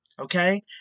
Okay